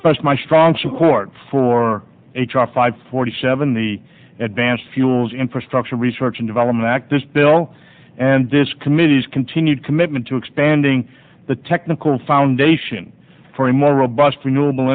to special my strong support for h r five forty seven the advanced fuels infrastructure research and development act this bill and this committee's continued commitment to expanding the technical foundation for a more robust